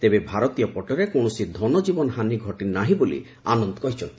ତେବେ ଭାରତୀୟ ପଟରେ କୌଣସି ଧନଜୀବନ ହାନି ଘଟିନାହିଁ ବୋଲି ଆନନ୍ଦ କହିଚ୍ଛନ୍ତି